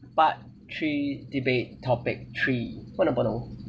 part three debate topic three